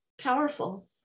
powerful